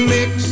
Mix